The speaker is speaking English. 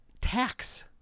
tax